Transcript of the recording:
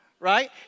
Right